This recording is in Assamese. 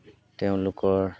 তেওঁলোকৰ